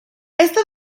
este